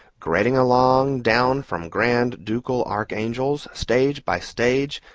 grading along down from grand-ducal archangels, stage by stage,